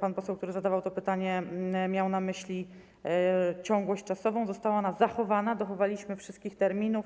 pan poseł, który zadawał to pytanie, miał na myśli ciągłość czasową, została ona zachowana, dochowaliśmy wszystkich terminów.